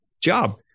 job